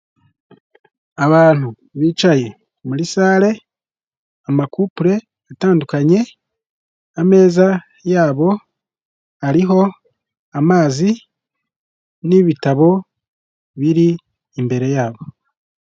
Abantu bicaye muri sale, amakupule atandukanye, ameza yabo ariho amazi n'ibitabo biri imbere yabo.